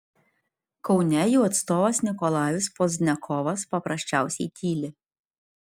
kaune jų atstovas nikolajus pozdniakovas paprasčiausiai tyli